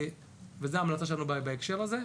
זו ההמלצה שלנו בהקשר הזה.